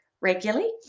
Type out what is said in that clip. regularly